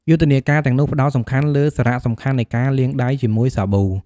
យុទ្ធនាការទាំងនោះផ្តោតសំខាន់លើសារៈសំខាន់នៃការលាងដៃជាមួយសាប៊ូ។